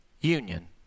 union